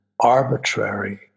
arbitrary